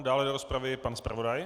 Dále do rozpravy pan zpravodaj.